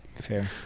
Fair